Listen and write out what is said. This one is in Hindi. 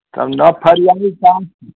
कम दाम